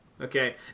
Okay